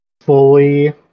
fully